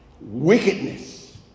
Wickedness